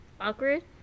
awkward